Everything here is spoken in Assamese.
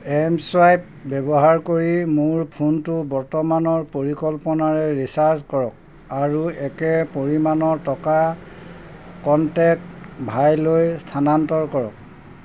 এম চুৱাইপ ব্যৱহাৰ কৰি মোৰ ফোনটো বৰ্তমানৰ পৰিকল্পনাৰে ৰিচাৰ্জ কৰক আৰু একে পৰিমাণৰ টকা কণ্টেক্ট ভাইলৈ স্থানান্তৰ কৰক